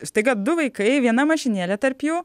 staiga du vaikai viena mašinėlė tarp jų